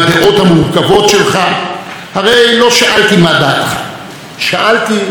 הרי לא שאלתי מה דעתך, שאלתי: איפה היית?